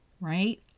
right